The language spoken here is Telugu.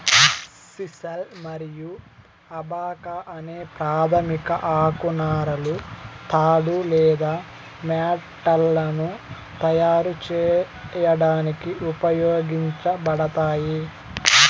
సిసల్ మరియు అబాకా అనే ప్రాధమిక ఆకు నారలు తాడు లేదా మ్యాట్లను తయారు చేయడానికి ఉపయోగించబడతాయి